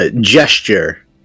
gesture